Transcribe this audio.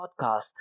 Podcast